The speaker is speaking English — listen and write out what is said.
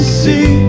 see